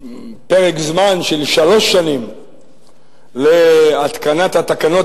פרק זמן של שלוש שנים להתקנת התקנות